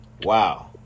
Wow